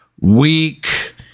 weak